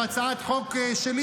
זאת הצעת חוק שלי,